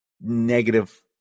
Negative